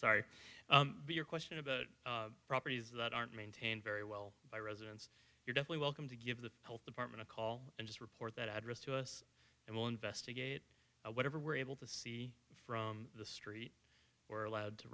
sorry but your question about properties that aren't maintained very well by residents you're definitely welcome to give the health department a call and just report that address to us and we'll investigate whatever we're able to see from this or allowed to